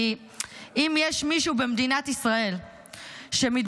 כי האם יש מישהו במדינת ישראל שמתבונן